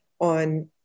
on